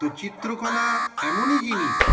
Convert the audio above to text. তো চিত্রকলা এমনই জিনিস